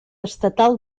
estatal